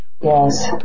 Yes